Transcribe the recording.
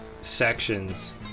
sections